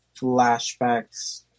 flashbacks